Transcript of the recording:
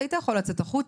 היית יכול לצאת החוצה.